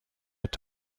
est